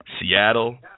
Seattle